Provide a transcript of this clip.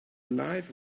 life